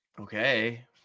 Okay